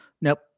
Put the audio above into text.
Nope